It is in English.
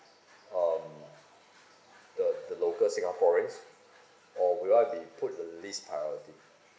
um the the local singaporeans or will I be put least priority